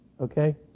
okay